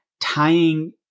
tying